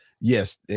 yes